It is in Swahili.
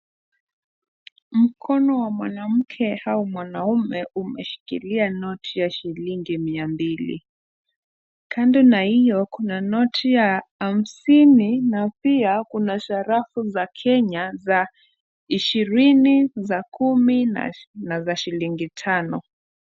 Mkono wa mwanamke au mwanamke umeshikilia noti ya shilingi mia mbili. Kando na hiyo kuna noti ya hamsini na pia kuna sarafu za Kenya za ishirini, za kumi na za shilingi tano.